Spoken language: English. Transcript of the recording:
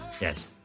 Yes